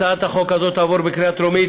הצעת החוק הזו תעבור בקריאה טרומית,